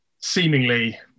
seemingly